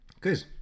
Good